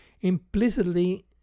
implicitly